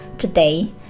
Today